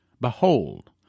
Behold